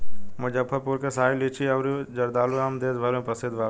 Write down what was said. मुजफ्फरपुर के शाही लीची अउरी जर्दालू आम देस भर में प्रसिद्ध बावे